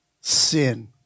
sin